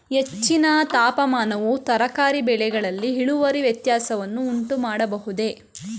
ಹೆಚ್ಚಿನ ತಾಪಮಾನವು ತರಕಾರಿ ಬೆಳೆಗಳಲ್ಲಿ ಇಳುವರಿ ವ್ಯತ್ಯಾಸವನ್ನು ಉಂಟುಮಾಡಬಹುದೇ?